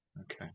okay